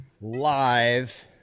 live